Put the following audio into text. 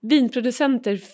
Vinproducenter